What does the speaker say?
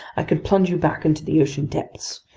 i could plunge you back into the ocean depths!